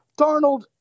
Darnold